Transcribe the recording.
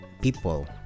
people